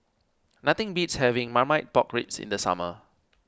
nothing beats having Marmite Pork Ribs in the summer